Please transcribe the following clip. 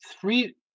three